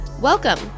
Welcome